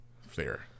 Fair